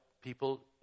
people